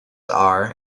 are